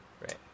Right